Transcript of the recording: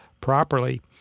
properly